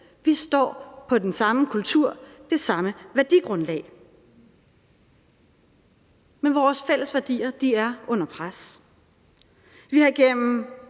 Vi står med den samme kultur, på det samme værdigrundlag. Men vores fælles værdier er under pres. Vi har igennem